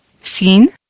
Seen